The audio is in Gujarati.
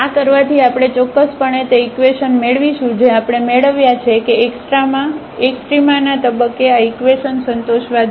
તેથી આ કરવાથી આપણે ચોક્કસપણે તે ઇકવેશન મેળવીશું જે આપણે મેળવ્યા છે કે એક્સ્ટ્રામાના તબક્કે આ ઇકવેશન સંતોષવા જોઈએ